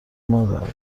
مادر